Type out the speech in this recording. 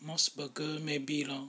mos burger maybe lor